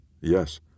Yes